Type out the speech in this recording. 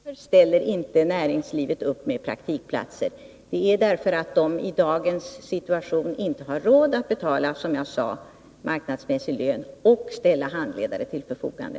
Fru talman! Varför ställer inte näringslivet upp med praktikplatser? Det är därför att näringslivet i dagens situation inte har råd att betala, som jag sade, marknadsmässig lön och ställa handledare till förfogande.